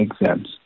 exams